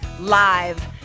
Live